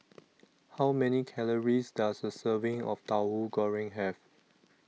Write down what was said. How Many Calories Does A Serving of Tauhu Goreng Have